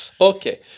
Okay